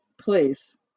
Please